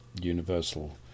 universal